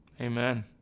amen